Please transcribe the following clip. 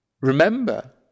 remember